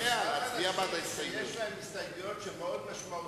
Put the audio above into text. השיטה הכלכלית והחברתית שהביאה למשבר הכלכלי.